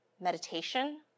meditation